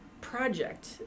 project